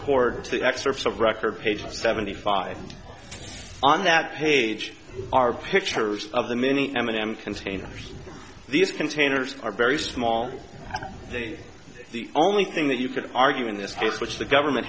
page seventy five on that page are pictures of the many m and m containers these containers are very small that the only thing that you could argue in this case which the government